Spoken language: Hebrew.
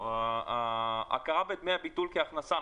הכרה בדמי ביטול כהכנסה,